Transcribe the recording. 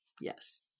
yes